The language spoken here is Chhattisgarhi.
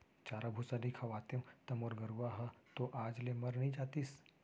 चारा भूसा नइ खवातेंव त मोर गरूवा ह तो आज ले मर नइ जातिस